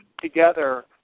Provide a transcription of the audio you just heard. together